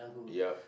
yep